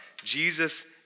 Jesus